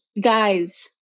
guys